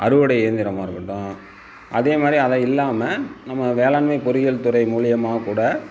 அறுவடை இயந்திரமாக இருக்கட்டும் அதே மாதிரி அதை இல்லாமல் நம்ம வேளாண்மை பொறியியல் துறை மூலயமா கூட